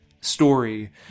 story